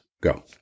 Go